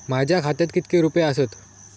माझ्या खात्यात कितके रुपये आसत?